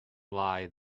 lie